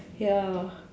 ya